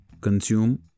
consume